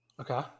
Okay